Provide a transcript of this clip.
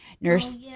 nurse